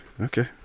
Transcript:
Okay